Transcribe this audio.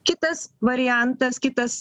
kitas variantas kitas